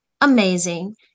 amazing